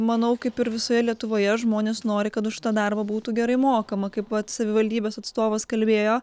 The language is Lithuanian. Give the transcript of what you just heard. manau kaip ir visoje lietuvoje žmonės nori kad už tą darbą būtų gerai mokama kaip va savivaldybės atstovas kalbėjo